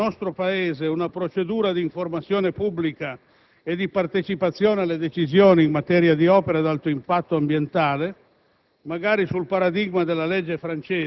Ammetto che servirebbe anche nel nostro Paese una procedura di informazione pubblica e di partecipazione alle decisioni in materia di opere ad alto impatto ambientale,